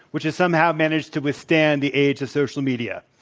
which has somehow managed to withstand the age of social media.